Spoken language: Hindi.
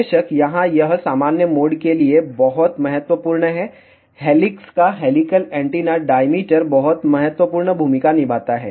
बेशक यहां यह सामान्य मोड के लिए बहुत महत्वपूर्ण है हेलीक्स का हेलिकल एंटीना डाईमीटर बहुत महत्वपूर्ण भूमिका निभाता है